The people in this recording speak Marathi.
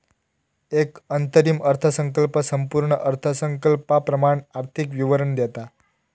एक अंतरिम अर्थसंकल्प संपूर्ण अर्थसंकल्पाप्रमाण आर्थिक विवरण देता